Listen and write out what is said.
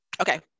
Okay